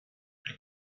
elle